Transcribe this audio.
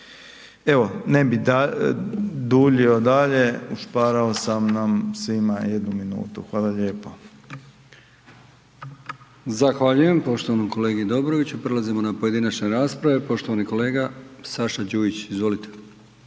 Evo ne bi duljio dalje, ušparao sam nam svima jednu minutu, hvala lijepo. **Brkić, Milijan (HDZ)** Zahvaljujem poštovanom kolegi Dobroviću. Prelazimo na pojedinačne rasprave, poštovani kolega Saša Đujić, izvolite.